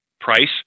price